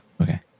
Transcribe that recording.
okay